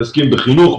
מתעסקים בחינוך,